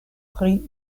pri